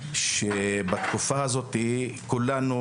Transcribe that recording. ובתקופה הזאת כולנו,